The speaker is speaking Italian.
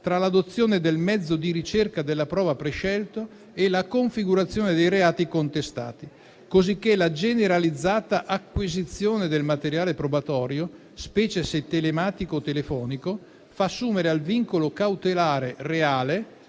tra l'adozione del mezzo di ricerca della prova prescelto e la configurazione dei reati contestati, cosicché la generalizzata acquisizione del materiale probatorio, specie se telematico o telefonico, fa assumere al vincolo cautelare reale